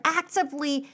actively